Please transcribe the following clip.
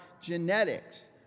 genetics